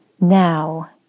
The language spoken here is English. now